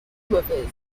mauvaises